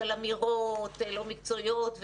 על אמירות לא מקצועיות.